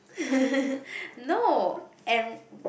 no and